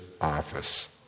office